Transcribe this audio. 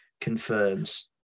confirms